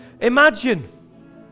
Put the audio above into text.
Imagine